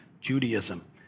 Judaism